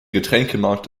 getränkemarkt